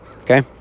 okay